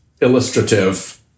illustrative